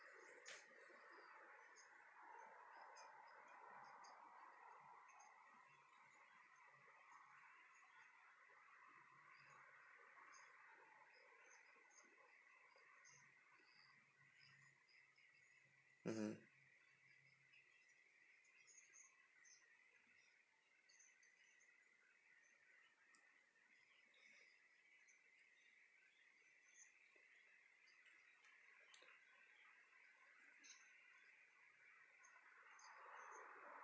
mmhmm